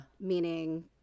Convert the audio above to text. meaning